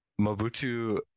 mobutu